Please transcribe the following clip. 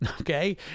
okay